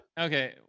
Okay